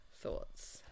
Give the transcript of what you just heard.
Thoughts